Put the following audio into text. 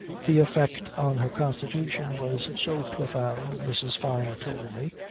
the effect on her constitution was so profound, mrs. fyne told me,